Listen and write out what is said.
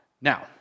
Now